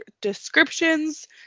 descriptions